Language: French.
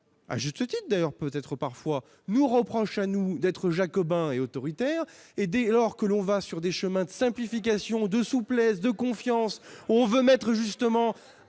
à juste titre d'ailleurs peut-être parfois nous reproche à nous d'être jacobin et autoritaire et dès lors que l'on va sur des chemins de simplification, de souplesse, de confiance, on veut mettre justement